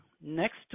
Next